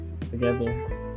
together